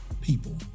people